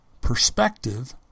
perspective